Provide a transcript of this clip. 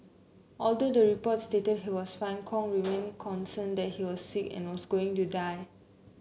although the report stated he was fine Kong remained concerned that he was sick and was going to die